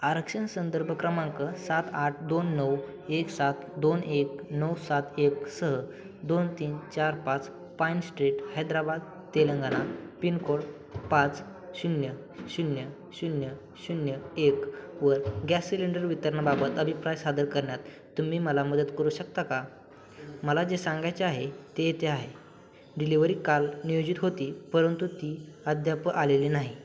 आरक्षण संदर्भ क्रमांक सात आठ दोन नऊ एक सात दोन एक नऊ सात एक सह दोन तीन चार पाच Pine Street Hyderabad Telangana pin code पाच शून्य शून्य शून्य शून्य एकवर गॅस सिलेंडर वितरणाबाबत अभिप्राय सादर करण्यात तुम्ही मला मदत करू शकता का मला जे सांगायचे आहे ते येथे आहे डिलिव्हरी काल नियोजित होती परंतु ती अद्याप आलेली नाही